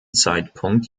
zeitpunkt